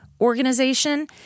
organization